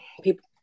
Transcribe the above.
people